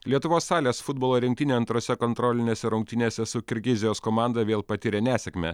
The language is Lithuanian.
lietuvos salės futbolo rinktinė antrose kontrolinėse rungtynėse su kirgizijos komanda vėl patyrė nesėkmę